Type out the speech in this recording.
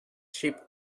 sheep